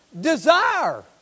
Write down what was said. desire